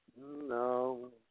No